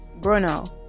Bruno